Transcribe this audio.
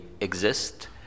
exist